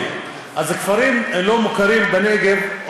אז כפרים לא מוכרים בנגב,